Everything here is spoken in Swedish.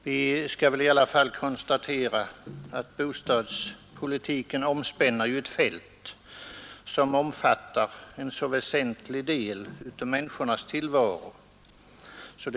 Vi kan i alla fall konstatera att bostadspolitiken omspänner ett fält, som rymmer en väsentlig del av människornas tillvaro.